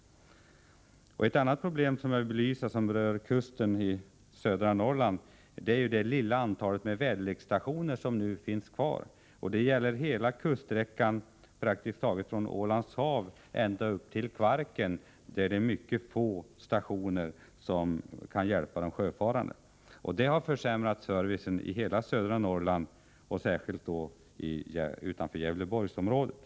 Ett annat problem jag vill ta upp som berör kusten i södra Norrland är att det nu endast finns ett litet antal väderleksstationer kvar. Detta gäller praktiskt taget hela kuststräckan från Ålands hav och ända upp till Kvarken. Det finns här mycket få stationer som kan hjälpa de sjöfarande. Detta har försämrat servicen i hela södra Norrland och särskilt utanför Gävleborgsområdet.